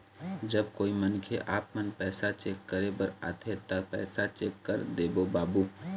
जब कोई मनखे आपमन पैसा चेक करे बर आथे ता पैसा चेक कर देबो बाबू?